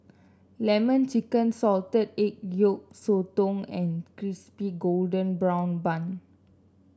lemon chicken Salted Egg Yolk Sotong and Crispy Golden Brown Bun